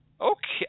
Okay